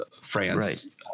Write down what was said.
France